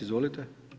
Izvolite.